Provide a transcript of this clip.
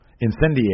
Incendiary